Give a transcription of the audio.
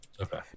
Okay